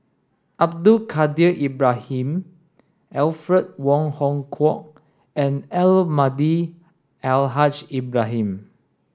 Abdul Kadir Ibrahim Alfred Wong Hong Kwok and Almahdi Al Haj Ibrahim